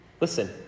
Listen